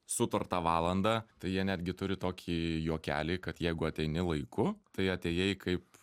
sutartą valandą tai jie netgi turi tokį juokelį kad jeigu ateini laiku tai atėjai kaip